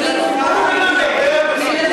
בלי,